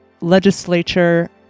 Legislature